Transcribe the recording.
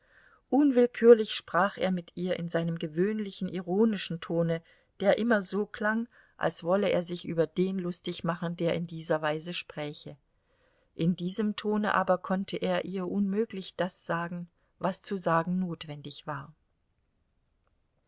unwillkürlich sprach er mit ihr in seinem gewöhnlichen ironischen tone der immer so klang als wolle er sich über den lustig machen der in dieser weise spräche in diesem tone aber konnte er ihr unmöglich das sagen was zu sagen notwendig war